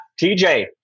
TJ